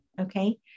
okay